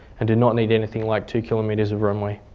and do not need anything like two kilometres of runway.